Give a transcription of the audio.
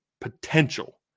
potential